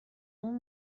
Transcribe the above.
اون